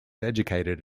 educated